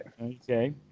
okay